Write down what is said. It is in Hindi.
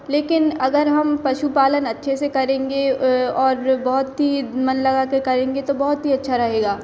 लेकिन अगर हम पशुपालन अच्छे से करेंगे और बहुत ही मन लगा कर करेंगे तो बहुत ही अच्छा रहेगा